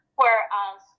whereas